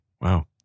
Wow